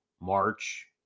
March